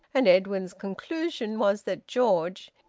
and edwin's conclusion was that george,